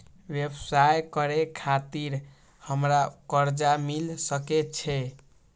व्यवसाय करे खातिर हमरा कर्जा मिल सके छे?